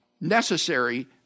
necessary